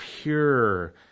pure